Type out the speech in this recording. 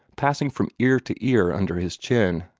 passing from ear to ear under his chin.